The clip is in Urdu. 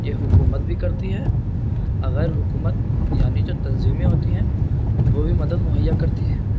یہ حکومت بھی کرتی ہے اغیر حکومت یعنی جو تنظیمیں ہوتی ہیں وہ بھی مدد مہیا کرتی ہے